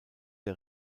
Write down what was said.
der